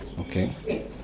Okay